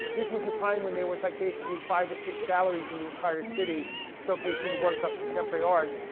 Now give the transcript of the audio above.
this was a time when there was like basically five or six galleries in the entire city showcasing the work of contemporary art.